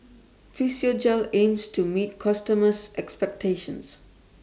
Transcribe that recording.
Physiogel aims to meet its customers' expectations